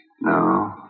No